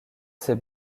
ses